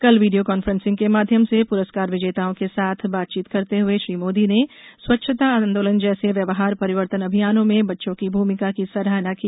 कल video conferencing के माध्यम से प्रस्कार विजेताओं के साथ बातचीत करते हुए श्री मोदी ने स्वच्छता आंदोलन जैसे व्यवहार परिवर्तन अभियानों में बच्चों की भूमिका की सराहना की